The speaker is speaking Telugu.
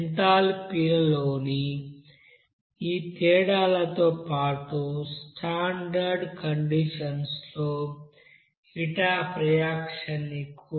ఎంథాల్పీలలోని ఈ తేడాలతో పాటు స్టాండర్డ్ కండీషన్స్ లో హీట్ అఫ్ రియాక్షన్ ని కూడా జోడించాలి